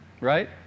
Right